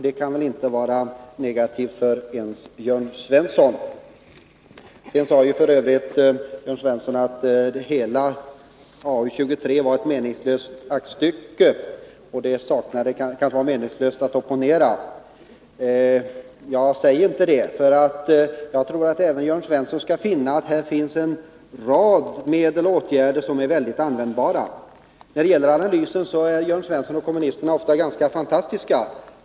Det kan väl inte vara negativt ens för Jörn Svensson. Jörn Svensson sade f. ö. att hela arbetsmarknadsutskottets betänkande 23 var ett meningslöst aktstycke och att det var meningslöst att opponera. Säg inte det. Jag tror att även Jörn Svensson skall finna att det finns en rad medel och åtgärder som är väldigt användbara. I fråga om analysen är Jörn Svensson och andra kommunister ofta ganska fantastiska.